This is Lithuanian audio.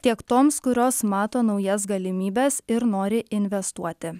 tiek toms kurios mato naujas galimybes ir nori investuoti